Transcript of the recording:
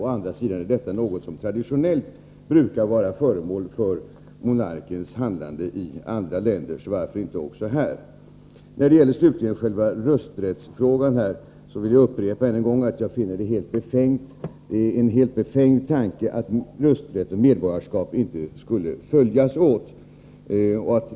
Å andra sidan är detta något som traditionellt är föremål för monarkens handlande i andra länder, så varför inte också här. När det slutligen gäller själva rösträttsfrågan vill jag upprepa att jag finner det vara en helt befängd tanke att rösträtt och medborgarskap inte skulle följas åt.